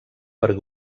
per